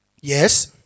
Yes